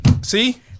See